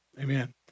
Amen